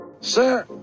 Sir